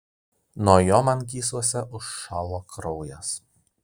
nuo jo man gyslose užšalo kraujas